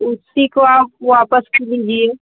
उसी को आप वापस लीजिए